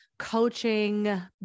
Coaching